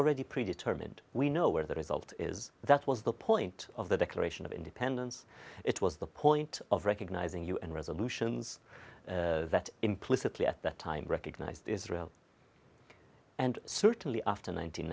already predetermined we know where the result is that was the point of the declaration of independence it was the point of recognizing u n resolutions that implicitly at that time recognized israel and certainly after